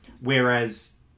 Whereas